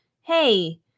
hey